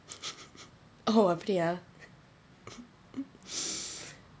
oh அப்படியா:appadiyaa